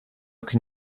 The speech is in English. can